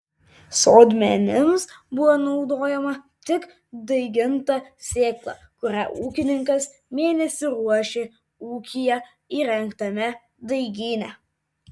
sodmenims buvo naudojama tik daiginta sėkla kurią ūkininkas mėnesį ruošė ūkyje įrengtame daigyne